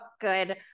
good